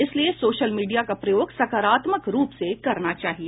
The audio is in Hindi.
इसलिए सोशल मीडिया का प्रयोग सकारात्मक रूप से करना चाहिए